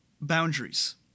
boundaries